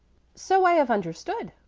so i have understood,